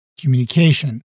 communication